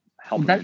help